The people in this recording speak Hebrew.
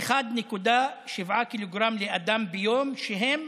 של 1.7 ק"ג לאדם ביום, שהם